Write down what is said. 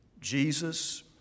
Jesus